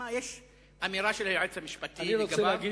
יש אמירה של היועץ המשפטי לגביו.